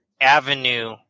avenue